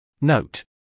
Note